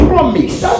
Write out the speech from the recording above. promise